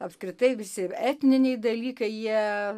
apskritai visi etniniai dalykai jie